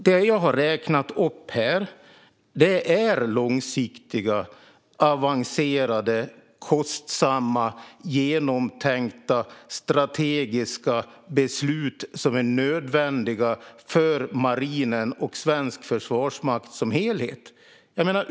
Det jag har räknat upp här är långsiktiga, avancerade, kostsamma och genomtänkta strategiska beslut som är nödvändiga för marinen och svenskt försvar som helhet.